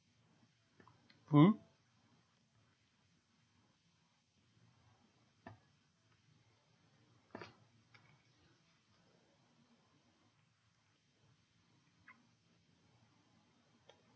mm